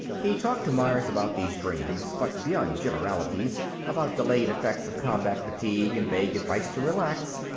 he talked to myers about these dreams, but beyond generalities about delayed effects of combat fatigue and vague advice to relax,